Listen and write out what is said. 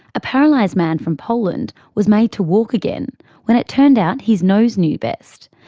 a paralysed man from poland was made to walk again when it turned out his nose knew best.